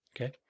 Okay